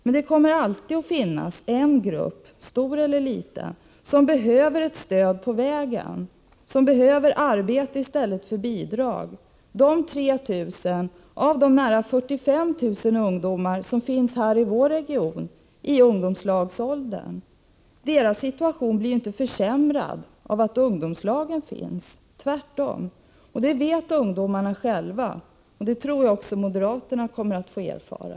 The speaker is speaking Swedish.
Men det kommer alltid att finnas en grupp, stor eller liten, som behöver ett stöd på vägen, som behöver ett arbete i stället för bidrag. Situationen för de 3 000 av närmare 45 000 ungdomar som finns i vår region i ungdomslagsålder blir inte försämrad av att ungdomslagen finns — tvärtom. Det vet ungdomarna själva. Och det tror jag även att moderaterna kommer att få erfara.